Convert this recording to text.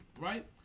right